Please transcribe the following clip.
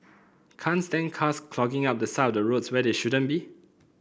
can't stand cars clogging up the side of roads where they shouldn't be